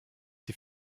die